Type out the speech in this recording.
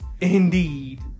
Indeed